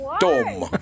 Tom